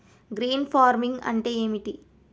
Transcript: Green farming అంటే ఏమిటి?